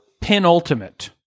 penultimate